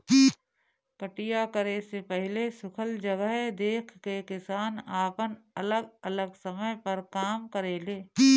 कटिया करे से पहिले सुखल जगह देख के किसान आपन अलग अलग समय पर काम करेले